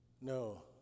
No